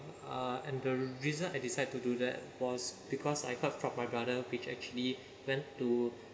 uh and the reason I decide to do that was because I heard from my brother which actually went to